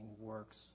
works